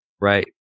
Right